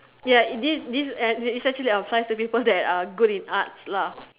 ya this this is actually applies to people that are good in arts lah